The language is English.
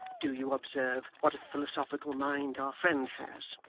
do you observe what a philosophical mind our friend has